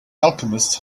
alchemist